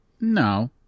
No